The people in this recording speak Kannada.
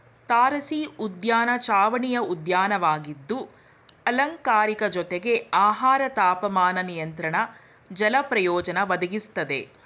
ತಾರಸಿಉದ್ಯಾನ ಚಾವಣಿಯ ಉದ್ಯಾನವಾಗಿದ್ದು ಅಲಂಕಾರಿಕ ಜೊತೆಗೆ ಆಹಾರ ತಾಪಮಾನ ನಿಯಂತ್ರಣ ಜಲ ಪ್ರಯೋಜನ ಒದಗಿಸ್ತದೆ